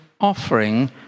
offering